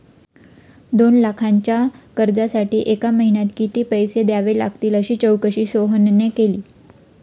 दोन लाखांच्या कर्जासाठी एका महिन्यात किती पैसे द्यावे लागतील अशी चौकशी सोहनने केली